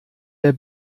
der